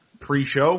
pre-show